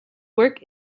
work